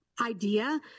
Idea